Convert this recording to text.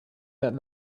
that